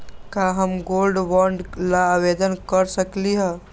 का हम gold bond ला आवेदन कर सकली ह?